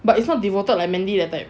but it's not devoted mandy that type